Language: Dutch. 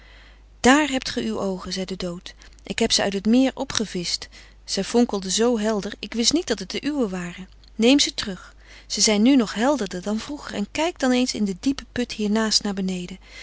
daar hebt ge uw oogen zei de dood ik heb ze uit het meer opgevischt zij fonkelden zoo helder ik wist niet dat het de uwe waren neem ze terug zij zijn nu nog helderder dan vroeger en kijk dan eens in den diepen put hiernaast naar beneden